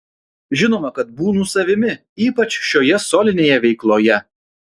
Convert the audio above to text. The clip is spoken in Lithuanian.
žinoma kad būnu savimi ypač šioje solinėje veikloje